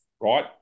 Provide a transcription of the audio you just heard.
Right